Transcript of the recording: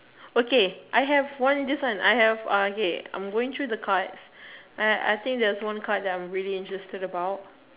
okay I have one this one I have uh okay I'm going through the cards I think there is one card that I'm really interested about